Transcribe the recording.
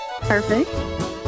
Perfect